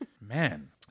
man